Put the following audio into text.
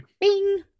bing